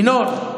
ינון,